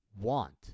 want